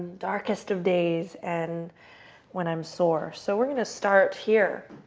darkest of days and when i'm sore. so we're going to start here,